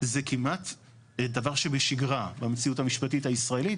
זה כמעט דבר שבשגרה במציאות המשפטית הישראלית.